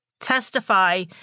testify